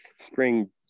spring